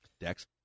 Dex